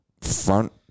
front